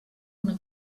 una